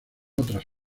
otras